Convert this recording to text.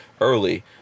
early